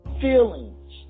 feelings